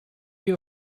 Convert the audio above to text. your